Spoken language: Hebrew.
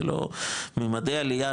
ממדי עלייה,